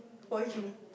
for you